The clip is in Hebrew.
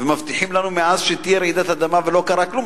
ומבטיחים לנו מאז שתהיה רעידת אדמה ולא קרה כלום,